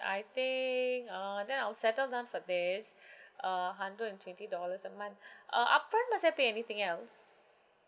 I think uh then I'll settle down for this uh hundred and twenty dollars a month uh upfront must I pay anything else